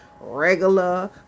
regular